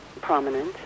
prominent